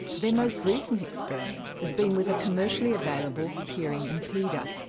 their most recent experiment has been with a commercially available hearing impeder.